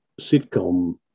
sitcom